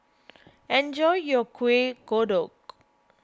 enjoy your Kuih Kodok